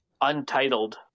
Untitled